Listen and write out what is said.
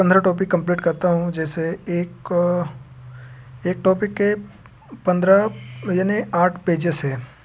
पन्द्रह topic complete करता हूँ जैसे एक एक टॉपिक के पन्द्रह याने आठ पेजेज़ हैं